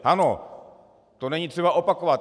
Ano, to není třeba opakovat.